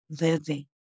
living